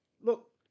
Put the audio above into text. look